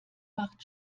macht